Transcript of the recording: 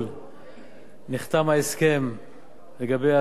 נחתם ההסכם לגבי העסקת עובדי קבלן